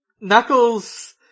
Knuckles